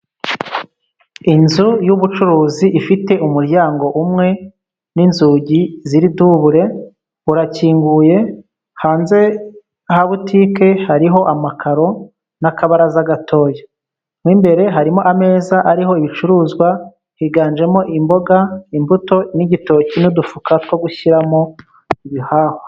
Inzu y'ubucuruzi ifite umuryango umwe n'inzugi ziri dubure, urakinguye, hanze ha butike hariho amakaro n'akabaraza gatoya. Mo imbere harimo ameza ariho ibicuruzwa, higanjemo imboga, imbuto n'igitoki, n'udufuka two gushyiramo ibihahwa.